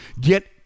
get